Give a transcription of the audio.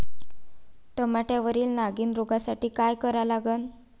टमाट्यावरील नागीण रोगसाठी काय करा लागन?